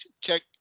check